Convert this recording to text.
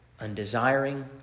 undesiring